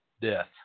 Death